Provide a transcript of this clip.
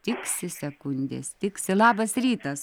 tiksi sekundės tiksi labas rytas